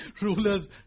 rulers